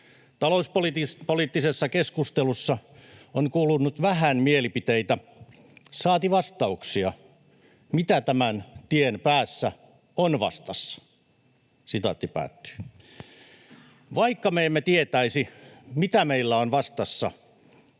Talouspoliittisessa keskustelussa on kuulunut vähän mielipiteitä, saati vastauksia, mitä tämän tien päässä on vastassa.” Vaikka me emme tietäisi, mitä meillä on vastassa,